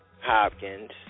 Hopkins